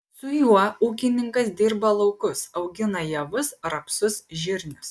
su juo ūkininkas dirba laukus augina javus rapsus žirnius